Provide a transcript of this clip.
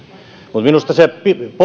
minusta se